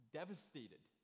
devastated